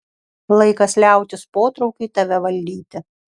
laikas liautis potraukiui tave valdyti